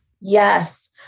Yes